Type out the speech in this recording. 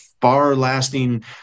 far-lasting